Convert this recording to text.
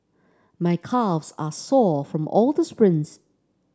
my calves are sore from all the sprints